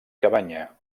cabanya